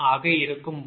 ஆக இருக்கும்போது